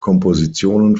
kompositionen